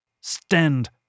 Stand